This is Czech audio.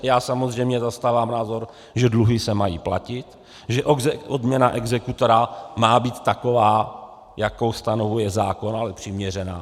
Já samozřejmě zastávám názor, že dluhy se mají platit, že odměna exekutora má být taková, jakou stanovuje zákon, ale přiměřená.